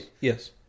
Yes